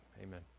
Amen